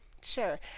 Sure